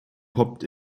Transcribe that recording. poppt